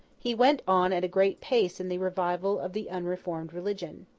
he went on at a great pace in the revival of the unreformed religion.